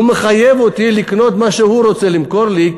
והוא מחייב אותי לקנות מה שהוא רוצה למכור לי,